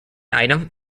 item